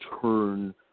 turn